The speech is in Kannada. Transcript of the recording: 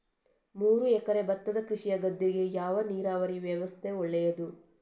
ಮೂರು ಎಕರೆ ಭತ್ತದ ಕೃಷಿಯ ಗದ್ದೆಗೆ ಯಾವ ನೀರಾವರಿ ವ್ಯವಸ್ಥೆ ಒಳ್ಳೆಯದು?